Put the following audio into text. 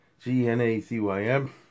G-N-A-C-Y-M